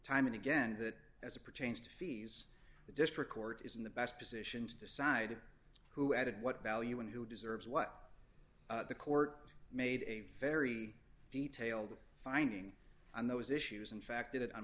time and again that as it pertains to fees the district court is in the best position to decide who added what value and who deserves what the court made a very detailed finding on those issues in fact it on